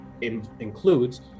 includes